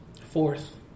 Fourth